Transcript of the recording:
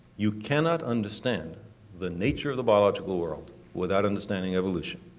you cannot understand the nature of the biological world without understanding evolution.